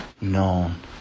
known